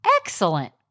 Excellent